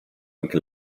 anche